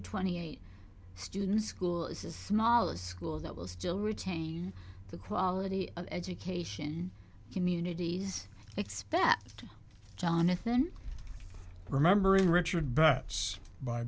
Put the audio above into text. twenty eight students school is a smaller school that will still retain the quality of education communities expect jonathan remembering richard but by